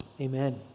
amen